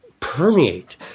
Permeate